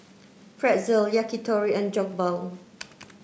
Pretzel Yakitori and Jokbal